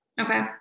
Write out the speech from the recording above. Okay